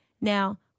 Now